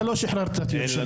אתה לא שחררת את ירושלים.